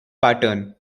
pattern